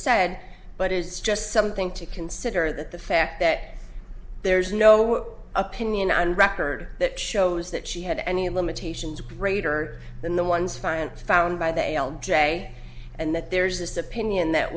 said but it is just something to consider that the fact that there is no opinion on record that shows that she had any limitations greater than the ones fine and found by the a l j and that there's this opinion that